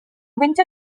winter